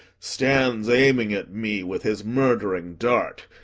stands aiming at me with his murdering dart,